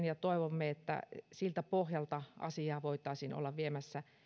ja toivomme että siltä pohjalta asiaa voitaisiin olla viemässä